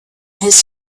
his